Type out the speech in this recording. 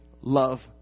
love